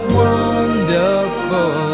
wonderful